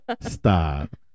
Stop